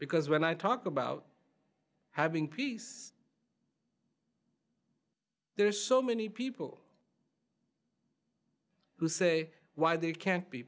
because when i talk about having peace there are so many people who say why there can't be